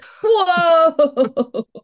Whoa